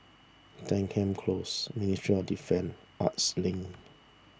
Denham Close Ministry of Defence Arts Link